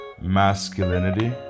masculinity